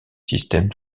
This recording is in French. système